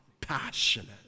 passionate